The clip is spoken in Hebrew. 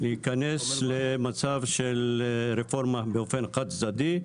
להיכנס למצב של רפורמה באופן חד צדדי,